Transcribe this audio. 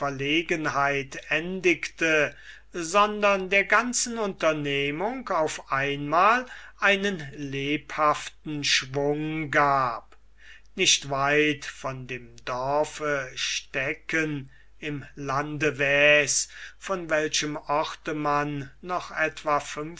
endigte sondern der ganzen unternehmung auf einmal einen lebhaften schwung gab nicht weit von dem dorfe stecken im lande waes von welchem orte man noch etwa